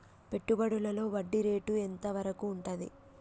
పెట్టుబడులలో వడ్డీ రేటు ఎంత వరకు ఉంటది?